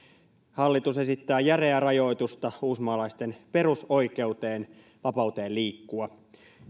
hallitus esittää järeää rajoitusta uusmaalaisten perusoikeuteen vapauteen liikkua